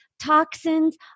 Toxins